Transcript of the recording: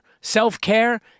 Self-care